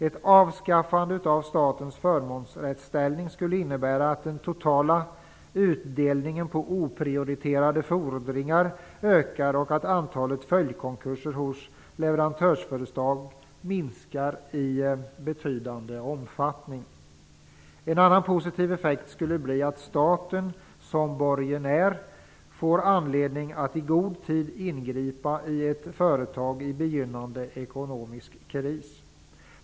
Ett avskaffande av statens förmånsrättsställning skulle innebära att den totala utdelningen på oprioriterade fordringar ökar och att antalet följdkonkurser hos leverantörsföretag minskar i betydande omfattning. En annan positiv effekt skulle bli att staten som borgenär får anledning att i god tid ingripa i ett företag i begynnande ekonomisk kris.